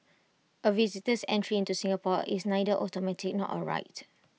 A visitor's entry into Singapore is neither automatic nor A right